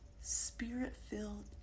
spirit-filled